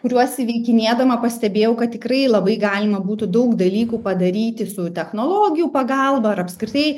kuriuos įveikinėdama pastebėjau kad tikrai labai galima būtų daug dalykų padaryti su technologijų pagalba ar apskritai